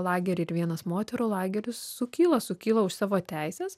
lageriai ir vienas moterų lageris sukilo sukilo už savo teises